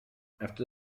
after